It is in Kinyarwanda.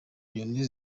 nyoni